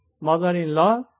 mother-in-law